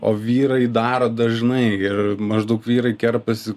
o vyrai daro dažnai ir maždaug vyrai kerpasi